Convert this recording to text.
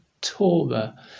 Torah